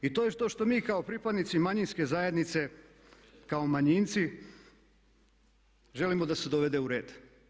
I to je to što mi kao pripadnici manjinske zajednice kao manjinci želimo da se dovede u red.